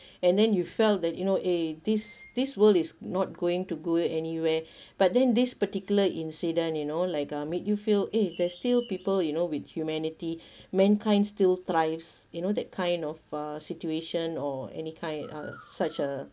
and then you felt that you know eh this this world is not going to go anywhere but then this particular incident you know like uh made you feel eh there's still people you know with humanity mankind still thrives you know that kind of uh situation or any kind uh such a